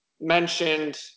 mentioned